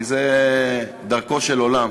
כי זו דרכו של עולם.